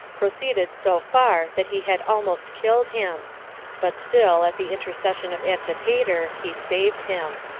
proceeded so far that he had almost killed him but still, at the intercession of antipater, he saved him.